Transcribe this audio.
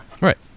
Right